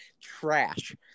trash